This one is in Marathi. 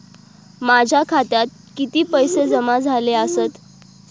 माझ्या खात्यात किती पैसे जमा झाले आसत?